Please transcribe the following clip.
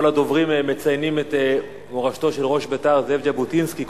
כל הדוברים מציינים את מורשתו של ראש בית"ר זאב ז'בוטינסקי,